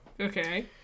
Okay